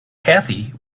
kathie